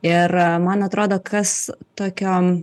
ir man atrodo kas tokio